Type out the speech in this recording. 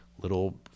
little